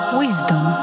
wisdom